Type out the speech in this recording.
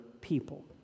people